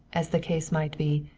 as the case might be,